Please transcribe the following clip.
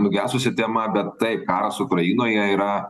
nugesusi tema bet taip karas ukrainoje yra